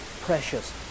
precious